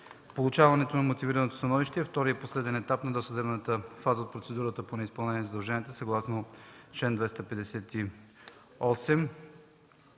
Получаването на Мотивирано становище е вторият и последен етап на досъдебната фаза от процедурата по неизпълнение на задълженията съгласно чл. 258